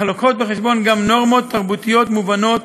אך מביאות בחשבון גם נורמות תרבותיות מובנות,